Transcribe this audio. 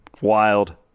Wild